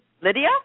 Lydia